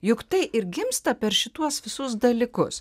juk tai ir gimsta per šituos visus dalykus